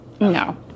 No